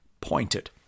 pointed